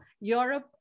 Europe